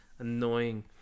annoying